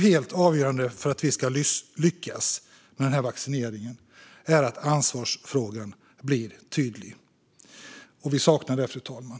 Helt avgörande för att vi ska lyckas med vaccineringen är att ansvarsfrågan blir tydlig. Det saknar vi, fru talman.